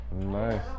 nice